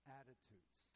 attitudes